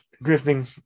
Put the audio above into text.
drifting